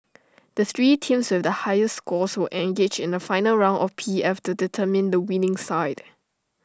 the three teams with the highest scores will engage in A final round of P F to determine the winning side